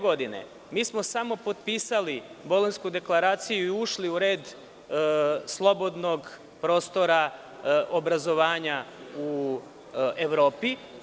Godine 2005. mi smo samo potpisali Bolonjsku deklaraciju i ušli u red slobodnog prostora obrazovanja u Evropi.